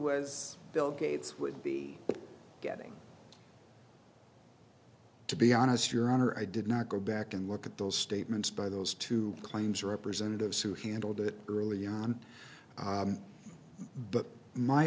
was bill gates would be getting to be honest your honor i did not go back and look at those statements by those two claims representatives who handled it early on but my